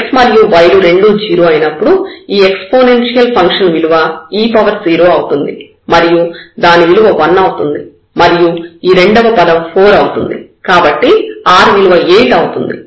x మరియు y లు రెండూ 0 అయినప్పుడు ఈ ఎక్స్పోనెన్షియల్ ఫంక్షన్ విలువ e0 అవుతుంది మరియు దాని విలువ 1 అవుతుంది మరియు ఈ రెండవ పదం 4 అవుతుంది కాబట్టి r విలువ 8 అవుతుంది